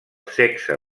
sexe